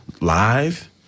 live